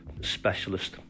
specialist